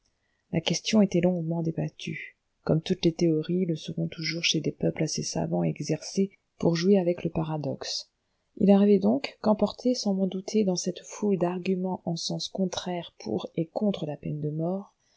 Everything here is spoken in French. la question était longuement débattue comme toutes les théories le seront toujours chez des peuples assez savants et exercés pour jouer avec le paradoxe il arriva donc qu'emporté sans m'en douter dans cette foule d'arguments en sens contraire pour et contre la peine de mort